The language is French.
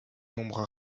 nombres